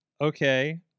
Okay